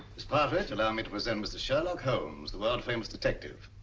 miss pattridge allow me to present mr. sherlock holmes, the world famous detective.